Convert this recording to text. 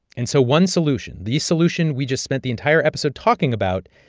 and so one solution, the solution we just spent the entire episode talking about,